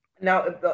Now